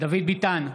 דוד ביטן,